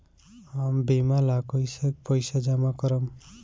हम बीमा ला कईसे पईसा जमा करम?